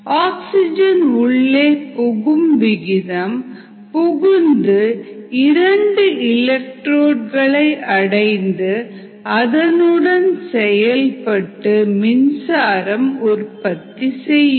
oxygen உள்ளே புகும் விகிதம் புகுந்து இரண்டு இலக்ட்ரோடுகளை அடைந்து அதனுடன் செயல்பட்டு மின்சாரம் உற்பத்தி செய்யும்